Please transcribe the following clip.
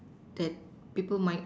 that people might